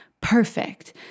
Perfect